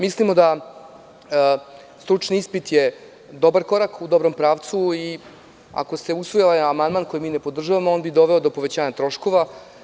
Mislimo da je stručni ispit dobar korak u dobrom pravcu koji ako se usvoji ovaj amandman, koji mi ne podržavamo, bi doveo do povećanja troškova.